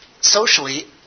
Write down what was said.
Socially